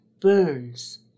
burns